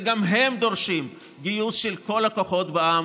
וגם הם דורשים גיוס של כל הכוחות בעם